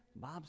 Bob